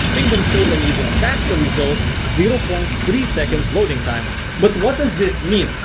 pingdom showed an even faster result zero point three seconds loading time. but what does this mean?